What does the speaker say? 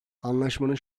anlaşmanın